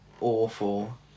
Awful